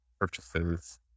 purchases